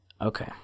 okay